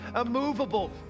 immovable